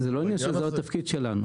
זה לא העניין שזה לא התפקיד שלנו.